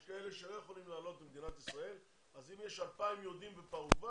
יש כאלה שלא יכולים לעלות למדינת ישראל אז אם יש 2,000 יהודים בפרגוואי,